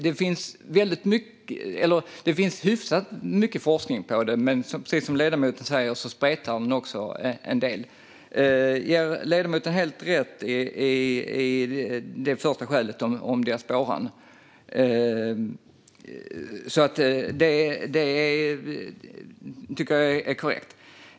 Det finns hyfsat mycket forskning på detta, men precis som ledamoten säger spretar det också en del. Ledamoten har helt rätt när det gäller det första skälet, diasporan. Det tycker jag är korrekt.